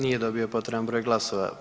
Nije dobio potreban broj glasova.